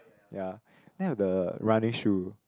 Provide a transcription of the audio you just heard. ya then I have the running shoe